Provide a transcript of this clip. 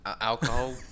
alcohol